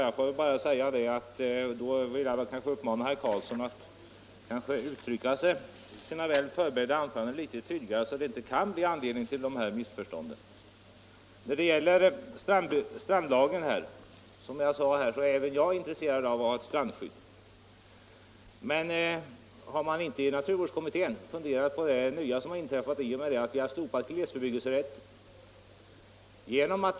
Jag vill uppmana herr Karlsson att uttrycka sig litet tydligare i sina väl förberedda anföranden, så att det inte kan bli anledning till sådana här missförstånd. Som jag sade är även jag intresserad av att ha ett strandskydd, men har man inte i naturvårdskommittéen funderat på det nya som har inträffat i och med att glesbebyggelserätten har slopats?